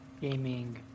Gaming